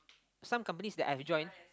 some companies that I joined